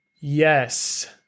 Yes